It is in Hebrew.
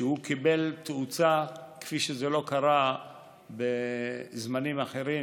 שקיבל תאוצה כפי שזה לא קרה בזמנים אחרים.